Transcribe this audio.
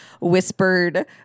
whispered